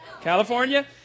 California